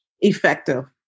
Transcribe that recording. effective